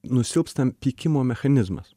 nusilpstam pykimo mechanizmas